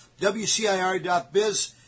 WCIR.biz